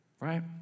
right